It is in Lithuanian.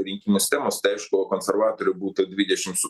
rinkimų sistemos tai aišku konservatorių būtų dvidešim su